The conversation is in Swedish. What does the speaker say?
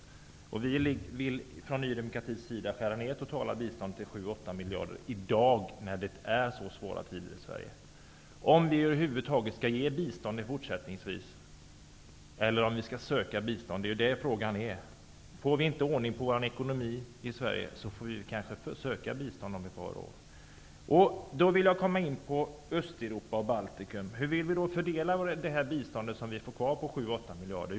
Nu när det är så svåra tider i Sverige vill vi från Ny demokratis sida skära ned det totala biståndet till 7--8 miljarder. Frågan gäller om vi över huvud taget skall kunna ge bistånd fortsättningsvis eller om vi skall behöva söka bistånd. Om vi inte får ordning på vår ekonomi i Sverige kanske vi får söka bistånd om ett par år. Jag avser nu att tala om Östeuropa och Baltikum. Hur vill vi då fördela biståndet på 7--8 miljarder?